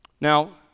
Now